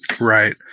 right